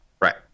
Right